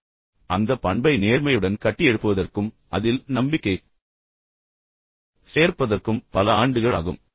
பண்பை கட்டியெழுப்ப அந்த பண்பை நேர்மையுடன் கட்டியெழுப்புவதற்கும் அதில் நம்பிக்கையைச் சேர்ப்பதற்கும் சில நேரங்களில் பல ஆண்டுகள் ஆகும்